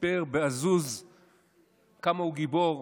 סיפר בעזוז כמה הוא גיבור,